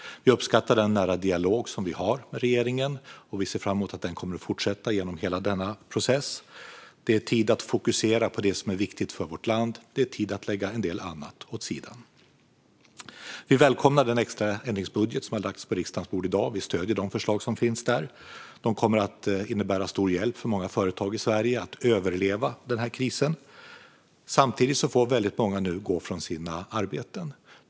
Vi uppskattar den nära dialog som vi har med regeringen, och vi ser fram emot att den kommer att fortsätta genom hela denna process. Det är tid att fokusera på det som är viktigt för vårt land. Det är tid att lägga en del annat åt sidan. Vi välkomnar den extra ändringsbudget som har lagts på riksdagens bord i dag, och vi stöder de förslag som finns där. Det kommer att vara till stor hjälp för många företag i Sverige att överleva den här krisen. Samtidigt får väldigt många nu gå från sina arbeten.